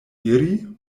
iri